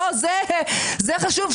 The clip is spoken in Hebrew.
זה חשוב,